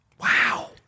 Wow